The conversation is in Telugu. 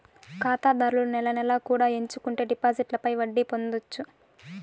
ఖాతాదారులు నెల నెలా కూడా ఎంచుకుంటే డిపాజిట్లపై వడ్డీ పొందొచ్చు